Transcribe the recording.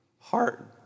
heart